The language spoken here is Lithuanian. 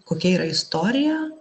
kokia yra istorija